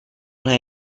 هایی